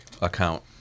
account